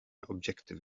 objective